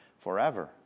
forever